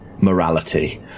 morality